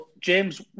James